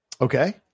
Okay